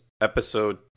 episode